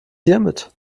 hiermit